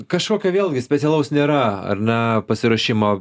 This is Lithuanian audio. kažkokio vėlgi specialaus nėra ar ne pasiruošimo